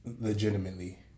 legitimately